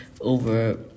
over